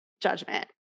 judgment